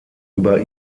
über